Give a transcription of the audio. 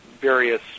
various